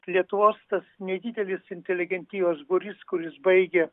lietuvos tas nedidelis inteligentijos būrys kuris baigė